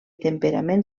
temperament